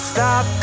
Stop